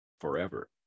forever